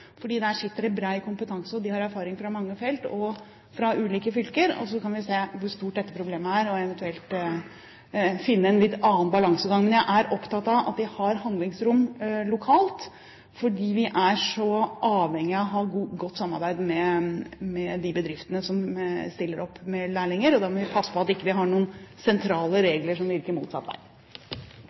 der sitter det bred kompetanse, og de har erfaring fra mange felt og fra ulike fylker. Så kan vi se hvor stort dette problemet er, og eventuelt finne en litt annen balansegang. Jeg er opptatt av at de har handlingsrom lokalt, for vi er avhengig av å ha et godt samarbeid med de bedriftene som stiller opp med lærlingplasser. Da må vi passe på at vi ikke har noen sentrale regler som virker motsatt vei.